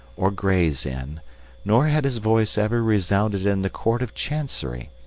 or gray's inn nor had his voice ever resounded in the court of chancery,